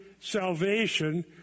salvation